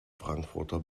frankfurter